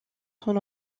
son